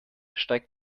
steigt